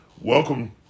Welcome